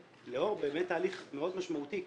לאור באמת תהליך מאוד משמעותי,